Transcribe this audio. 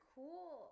cool